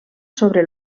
sobre